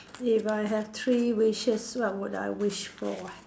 if I have three wishes what would I wish for ah